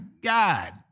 God